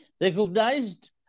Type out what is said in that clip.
recognized